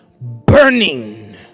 burning